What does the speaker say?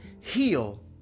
heal